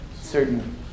certain